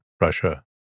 Russia